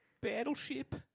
battleship